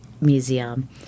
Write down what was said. Museum